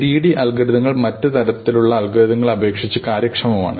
greedy അൽഗോരിതങ്ങൾ മറ്റ് തരത്തിലുള്ള അൽഗോരിതങ്ങളെ അപേക്ഷിച്ച് കാര്യക്ഷമമാണ്